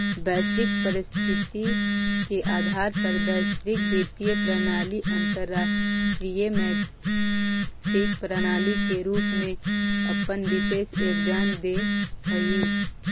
वैश्विक परिस्थिति के आधार पर वैश्विक वित्तीय प्रणाली अंतरराष्ट्रीय मौद्रिक प्रणाली के रूप में अपन विशेष योगदान देऽ हई